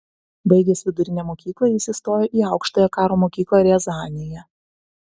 baigęs vidurinę mokyklą jis įstojo į aukštąją karo mokyklą riazanėje